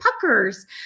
puckers